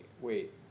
wait